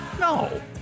no